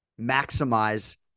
maximize